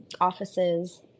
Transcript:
offices